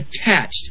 attached